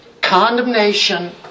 condemnation